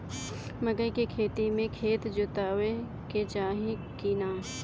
मकई के खेती मे खेत जोतावे के चाही किना?